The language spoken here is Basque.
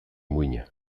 muina